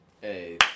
Hey